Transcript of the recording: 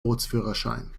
bootsführerschein